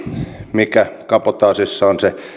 mikä kabotaasissa on se